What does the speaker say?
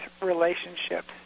relationships